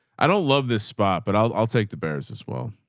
i don't love this spot, but i'll take the bears as well.